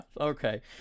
Okay